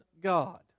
God